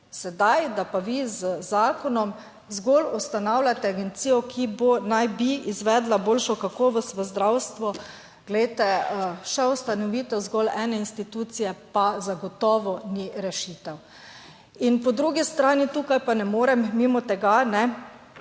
Sedaj, da pa vi z zakonom zgolj ustanavljate agencijo, ki bo naj bi izvedla boljšo kakovost v zdravstvu, glejte, še ustanovitev zgolj ene institucije, pa zagotovo ni rešitev. In po drugi strani, tukaj pa ne morem mimo tega, da